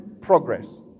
progress